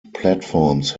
platforms